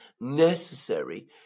necessary